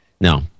No